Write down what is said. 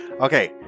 okay